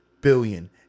billion